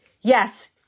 Yes